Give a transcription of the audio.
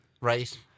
Right